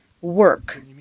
work